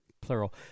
plural